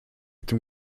tym